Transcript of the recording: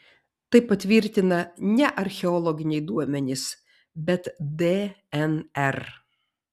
tai patvirtina ne archeologiniai duomenys bet dnr